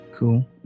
Cool